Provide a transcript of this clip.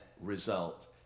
result